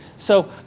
so,